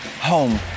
home